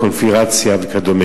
קונספירציה וכו'